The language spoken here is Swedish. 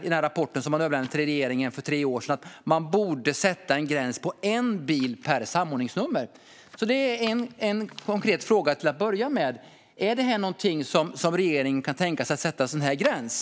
I den här rapporten, som överlämnades till regeringen för tre år sedan, säger polisen att man borde sätta en gräns på en bil per samordningsnummer. Det är en konkret fråga till att börja med: Kan regeringen tänka sig att sätta en sådan gräns?